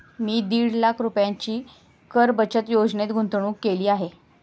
मी दीड लाख रुपयांची कर बचत योजनेत गुंतवणूक केली आहे